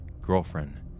girlfriend